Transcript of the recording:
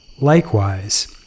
Likewise